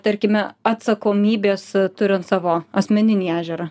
tarkime atsakomybės turint savo asmeninį ežerą